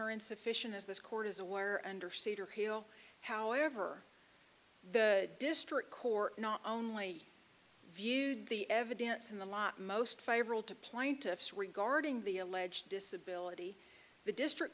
are insufficient as this court is aware under cedar hill however the district court not only viewed the evidence in the lat most favorable to plaintiffs regarding the alleged disability the district